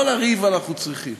לא לריב אנחנו צריכים.